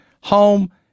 home